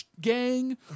gang